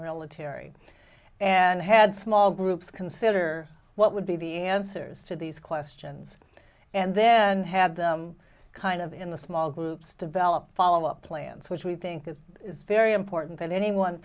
military and had small groups consider what would be the answers to these questions and then had them kind of in the small groups develop follow up plans which we think is very important than anyone